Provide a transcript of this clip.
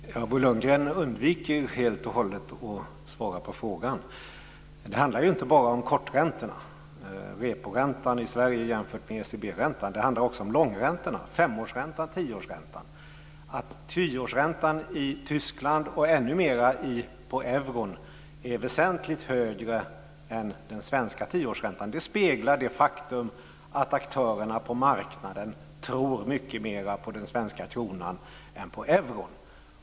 Fru talman! Bo Lundgren undviker helt och hållet att svara på frågan. Det handlar inte bara om korträntorna, reporäntan i Sverige jämfört med ECB räntan. Det handlar också om långräntorna, fem och tioårsräntan. Att tioårsräntan i Tyskland, och än mer gäller det euron, är väsentligt högre än den svenska tioårsräntan speglar det faktum att aktörerna på marknaden tror mycket mer på den svenska kronan än på euron.